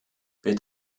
wird